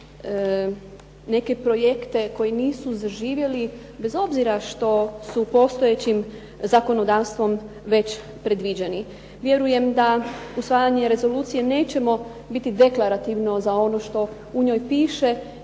neke projekte koji nisu zaživjeli bez obzira koji su postojećim zakonodavstvom već predviđeni. Vjerujem da usvajanjem rezolucije nećemo biti deklarativno za ono što u njoj piše